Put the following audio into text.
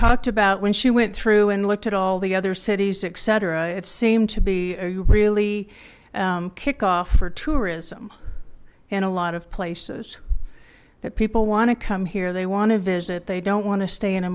talked about when she went through and looked at all the other cities etc it seemed to be really kickoff for tourism in a lot of places that people want to come here they want to visit they don't want to stay in a